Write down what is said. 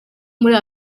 muri